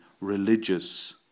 religious